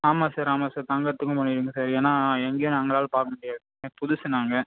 ஆமாம் சார் ஆமாம் சார் தங்கிறத்துக்கும் பண்ணிடுங்க சார் ஏன்னால் எங்கேயும் எங்களால் பார்க்க முடியாது புதுசு நாங்கள்